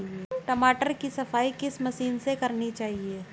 टमाटर की सफाई किस मशीन से करनी चाहिए?